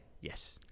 Yes